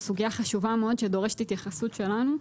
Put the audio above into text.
סוגיה חשובה מאוד שדורשת התייחסות שלנו.